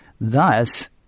Thus –